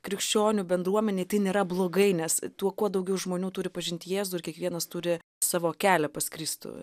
krikščionių bendruomenėj tai nėra blogai nes tuo kuo daugiau žmonių turi pažint jėzų ir kiekvienas turi savo kelią pas kristų